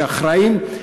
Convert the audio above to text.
שאחראית,